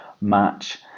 match